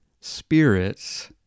Spirits